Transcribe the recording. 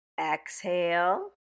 exhale